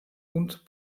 und